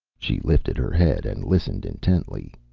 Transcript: she lifted her head and listened intently.